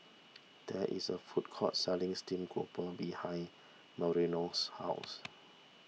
there is a food court selling Steam Grouper behind Marilou's house